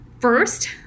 first